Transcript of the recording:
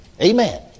Amen